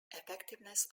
effectiveness